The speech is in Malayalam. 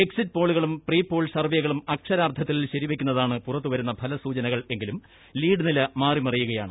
എക്സിറ്റ് പോളുകളും പ്രീ പോൾ സർവേകളും അക്ഷരാർത്ഥത്തിൽ ശ രിവെക്കുന്നതാണ് പുറത്തുവരുന്ന ഫലസൂചനകളെങ്കിലും ലീഡ് നില മാറി മറിയുകയാണ്